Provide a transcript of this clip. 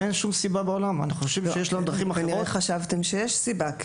אני חושב שיש לנו דרכים אחרות --- כנראה חשבתם שיש סיבה,